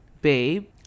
babe